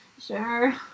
sure